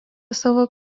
savo